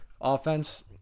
offense